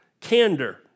Candor